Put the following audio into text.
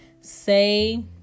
Say